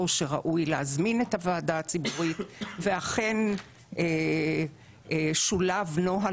ואמר שראוי להזמין את הוועדה הציבורית ואכן שולב נוהל